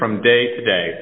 from day to day